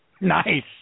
Nice